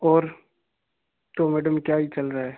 और तो मैडम क्या ही चल रहा है